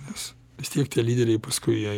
nes vis tiek tie lyderiai paskui jie